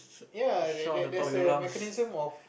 ya and there there's mechanism of